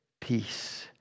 peace